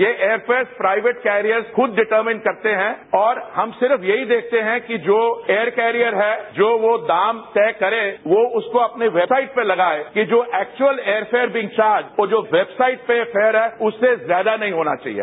ये air price private carriers खुद determine करते हैं और हम सिर्फ यही देखते हैं जो एयर कैरियर है वो जो दाम तय करे तो उसको अपनी वेबसाइट पर लगाए कि जो एक्चुल एयर फेर बिन चार्ज वो जो वेबसाइट पर है उस से ज्यादा नहीं होना चाहिए